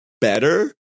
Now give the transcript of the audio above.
better